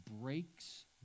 breaks